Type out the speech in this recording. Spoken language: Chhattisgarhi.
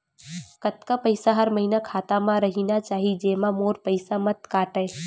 कतका पईसा हर महीना खाता मा रहिना चाही जेमा मोर पईसा मत काटे?